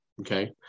Okay